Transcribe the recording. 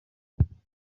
butaka